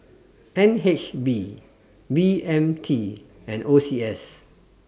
N H B B M T and O C S